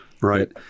Right